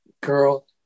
girl